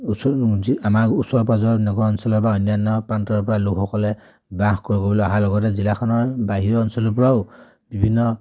ওচৰ যি আমাৰ ওচৰে পাঁজৰে নগৰ অঞ্চলৰ বা অন্যান্য প্ৰান্তৰ পৰা লোকসকলে বাস কৰিবলৈ অহাৰ লগতে জিলাখনৰ বাহিৰৰ অঞ্চলৰ পৰাও বিভিন্ন